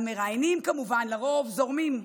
המראיינים כמובן לרוב זורמים,